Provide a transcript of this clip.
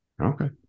okay